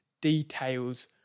details